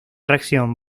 reacción